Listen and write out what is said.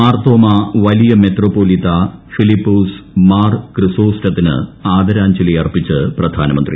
മാർത്തോമ വലിയ മെത്രാപ്പൊലീത്ത ഫിലിപ്പോസ് മാർ ക്രിസോസ്റ്റത്തിന് ആദരാജ്ഞലി അർപ്പിച്ച് പ്രധാനമന്ത്രി